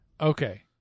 Okay